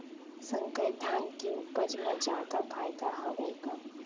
संकर धान के उपज मा जादा फायदा हवय का?